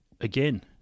again